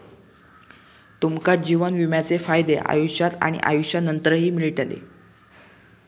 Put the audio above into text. तुमका जीवन विम्याचे फायदे आयुष्यात आणि आयुष्यानंतरही मिळतले